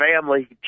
family